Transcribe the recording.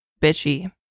bitchy